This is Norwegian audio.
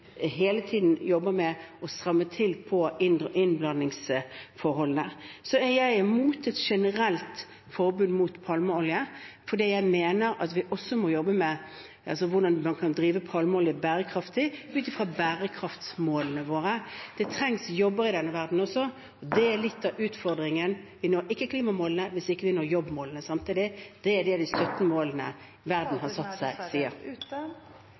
hele tiden jobber med å stramme til når det gjelder innblandingsforholdene. Så er jeg imot et generelt forbud mot palmeolje fordi jeg mener at vi også må jobbe med hvordan man kan drive palmeolje bærekraftig, ut fra bærekraftsmålene våre. Det trengs jobber i denne verden også . Det er litt av utfordringen. Vi når ikke klimamålene hvis vi ikke når jobbmålene samtidig. Det er det de 17 målene verden har satt seg, sier. Taletiden er dessverre ute.